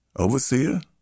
Overseer